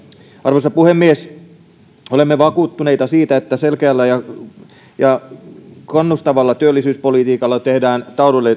arvoisa puhemies olemme vakuuttuneita siitä että selkeällä ja kannustavalla työllisyyspolitiikalla tehdään